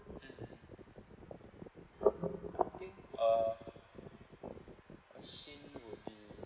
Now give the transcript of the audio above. mmhmm I think a scene would be